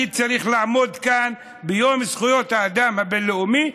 אני צריך לעמוד כאן ביום זכויות האדם הבין-לאומי,